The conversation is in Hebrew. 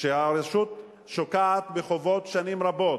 שהרשות שוקעת בחובות שנים רבות,